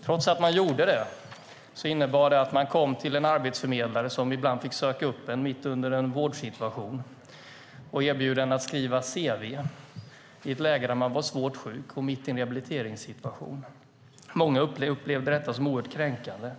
Trots att man gjorde det innebar det att man ibland kom till en arbetsförmedlare som fick söka upp en mitt under en vårdsituation och erbjuda en att skriva ett cv i ett läge där man var svårt sjuk och mitt i en rehabilitering. Många upplevde detta som kränkande.